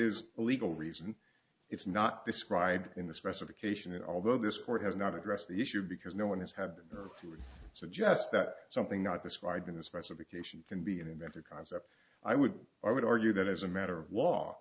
a legal reason it's not described in the specification although this court has not addressed the issue because no one has had the nerve to suggest that something not described in the specification can be an inventor concept i would i would argue that as a matter of law